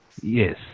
Yes